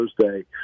Thursday